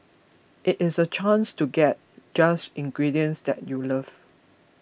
it is a chance to get just ingredients that you love